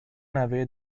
نوه